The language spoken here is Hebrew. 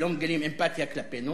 שלא מגלים אמפתיה כלפינו,